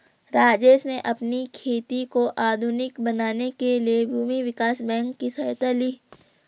राजेश ने अपनी खेती को आधुनिक बनाने के लिए भूमि विकास बैंक की सहायता ली